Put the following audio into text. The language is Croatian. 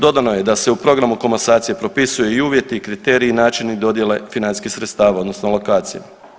Dodano je da se u programu komasacije propisuju i uvjeti i kriteriji i načini dodjele financijskih sredstava odnosno alokacija.